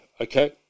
okay